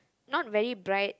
not very bright